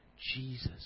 Jesus